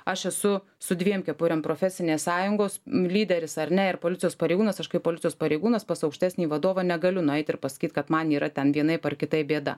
aš esu su dviem kepurėm profesinės sąjungos lyderis ar ne ir policijos pareigūnas aš kaip policijos pareigūnas pas aukštesnį vadovą negaliu nueit ir pasakyt kad man yra ten vienaip ar kitaip bėda